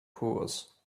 pours